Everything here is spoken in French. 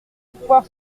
pouvoir